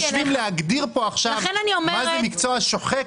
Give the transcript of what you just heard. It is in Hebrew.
יושבים להגדיר כאן עכשיו מה זה מקצוע שוחק,